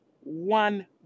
one